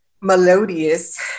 melodious